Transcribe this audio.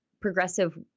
progressive